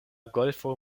golfo